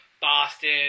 Boston